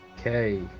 okay